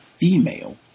female